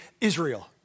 Israel